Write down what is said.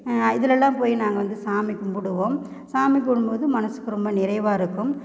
இதிலலாம் போய் நாங்கள் வந்து சாமி கும்பிடுவோம் சாமி கும்பிடும் போது மனதுக்கு ரொம்ப நிறைவாக இருக்கும்